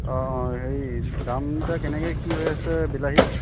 অঁ অঁ হেৰি দাম এতিয়া কেনেকৈ কি হৈ আছে বিলাহী